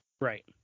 Right